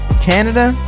Canada